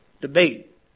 debate